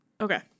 Okay